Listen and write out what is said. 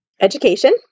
education